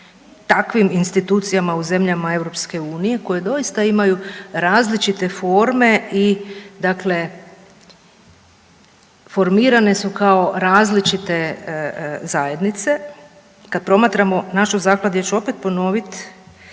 takvim institucijama u zemljama EU koji doista imaju različite forme i dakle formirane su kao različite zajednice. Kad promatramo našu zakladu ja ću opet ponovit